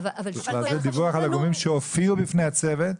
בכלל זה דיווח על הגורמים שהופיעו בפני הצוות,